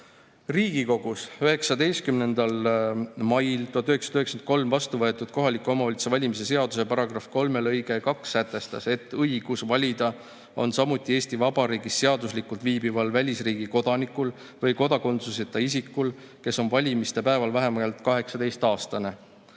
räägitud. Riigikogus 19. mail 1993 vastu võetud kohaliku omavalitsuse valimise seaduse § 3 lõige 2 sätestas, et õigus valida on samuti Eesti Vabariigis seaduslikult viibival välisriigi kodanikul või kodakondsuseta isikul, kes on valimiste päeval vähemalt 18-aastane,